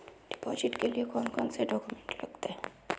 Deposit के लिए कौन कौन से डॉक्यूमेंट लगते?